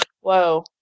Whoa